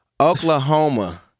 Oklahoma